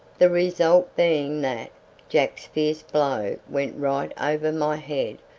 the result being that jack's fierce blow went right over my head,